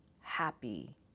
happy